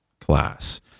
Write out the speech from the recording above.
class